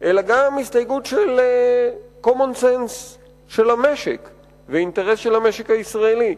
אלא גם הסתייגות של common sense של המשק ואינטרס של המשק הישראלי.